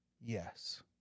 Yes